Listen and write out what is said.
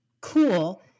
Cool